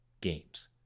games